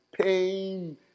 pain